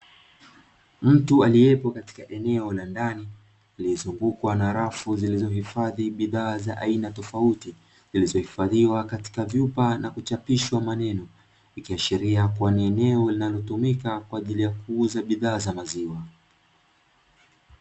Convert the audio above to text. Mtu aliyepo katika eneo la ndani aliyezungukwa na rafu zilizohifadhi bidhaa za aina tofauti; zilizohifadhiwa katika vyupa na kuchapishwa maneno, ikiashiria kuwa ni eneo linalotumika kwa ajili ya kuuza bidhaa za maziwa.